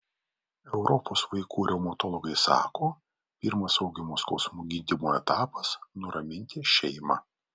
europos vaikų reumatologai sako pirmas augimo skausmų gydymo etapas nuraminti šeimą